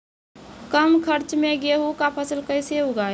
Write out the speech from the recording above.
कम खर्च मे गेहूँ का फसल कैसे उगाएं?